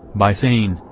by saying,